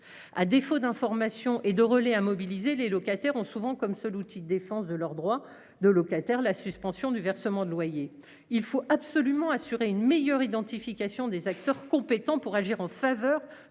à défaut d'information et de relais à mobiliser les locataires ont souvent comme seul outil défense de leurs droits de locataire, la suspension du versement de loyers, il faut absolument assurer une meilleure identification des acteurs compétents pour agir en faveur